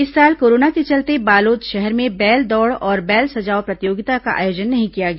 इस साल कोरोना के चलते बालोद शहर में बैल दौड़ और बैल सजाओ प्रतियोगिता का आयोजन नहीं किया गया